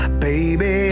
baby